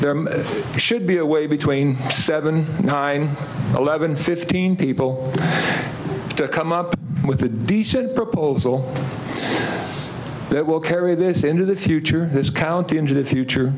there should be a way between seven nine eleven fifteen people to come up with a decent proposal that will carry this into the future this county into the future